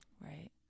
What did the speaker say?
Right